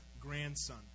grandson